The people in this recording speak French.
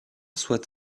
soit